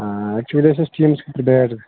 اٮ۪کچُؤلی ٲسۍ اَسہِ ٹیٖمس خٲطرٕ بیٹ